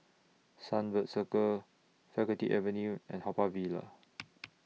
Sunbird Circle Faculty Avenue and Haw Par Villa